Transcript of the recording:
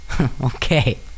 Okay